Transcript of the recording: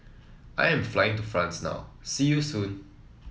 I am flying to France now see you soon